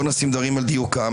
בוא נשים דברים על דיוקם,